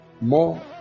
more